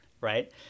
right